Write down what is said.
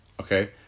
Okay